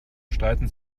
streiten